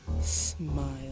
smile